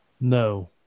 No